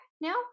now